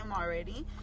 already